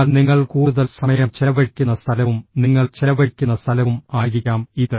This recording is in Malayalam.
എന്നാൽ നിങ്ങൾ കൂടുതൽ സമയം ചെലവഴിക്കുന്ന സ്ഥലവും നിങ്ങൾ ചെലവഴിക്കുന്ന സ്ഥലവും ആയിരിക്കാം ഇത്